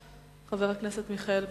חבר הכנסת מיכאל בן-ארי.